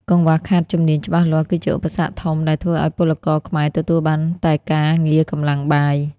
កង្វះខាតជំនាញច្បាស់លាស់គឺជាឧបសគ្គធំដែលធ្វើឱ្យពលករខ្មែរទទួលបានតែការងារកម្លាំងបាយ។